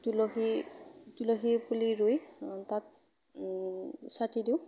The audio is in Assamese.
তুলসী তুলসী পুলি ৰুই তাত চাকি দিওঁ